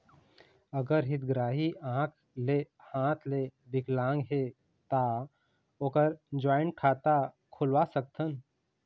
अगर हितग्राही आंख ले हाथ ले विकलांग हे ता ओकर जॉइंट खाता खुलवा सकथन?